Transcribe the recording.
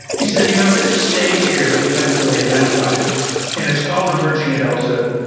he said, you know there's a stage here that we haven't really identified and it's called emerging adulthood,